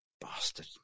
Bastard